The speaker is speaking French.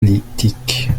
politique